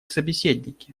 собеседники